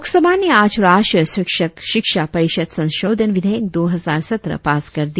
लोकसभा ने आज राष्ट्रीय शिक्षक शिक्षा परिषद संशोधन विधेयक दो हजार सत्रह पास कर दिया